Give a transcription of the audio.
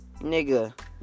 nigga